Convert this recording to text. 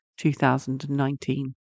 2019